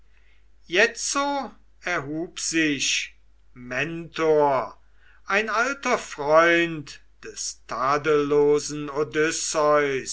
jetzo erhub sich mentor ein alter freund des tadellosen